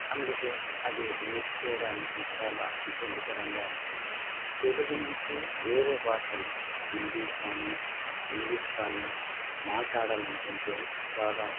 అందుకు అది నేర్చుకోవడానికి చాలా ఇబ్బందికరంగా ఉంటుంది తెలుగు నుంచి వేరే భాషన్ హిందీ కానీ ఇంగ్లీష్ కానీ మాట్లాడాలనుకుంటే చాలా